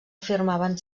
afirmaven